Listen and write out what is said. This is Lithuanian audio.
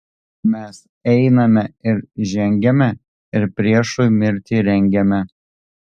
mes einame ir žengiame ir priešui mirtį rengiame